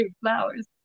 flowers